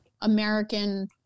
American